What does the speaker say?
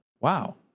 wow